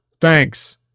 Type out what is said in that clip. Thanks